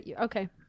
okay